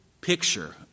picture